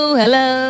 hello